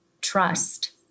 trust